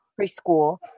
preschool